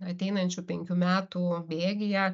ateinančių penkių metų bėgyje